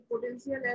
potential